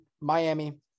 Miami